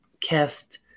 cast